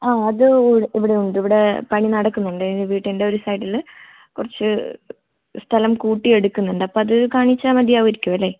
ആ അത് ഇവിടെ ഇവിടെ ഉണ്ട് ഇവിടെ പണി നടക്കുന്നുണ്ട് വീടിൻ്റെ ഒരു സൈഡില് കുറച്ച് സ്ഥലം കൂട്ടി എടുക്കുന്നുണ്ട് അപ്പോൾ അത് കാണിച്ചാൽ മതിയാവുമായിരിക്കുമല്ലേ